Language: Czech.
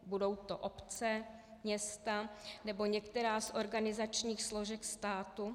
Budou to obce, města nebo některá z organizačních složek státu?